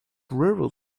rural